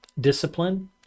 discipline